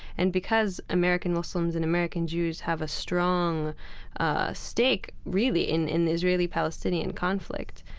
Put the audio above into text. and because american muslims and american jews have a strong ah stake really in in the israeli-palestinian conflict,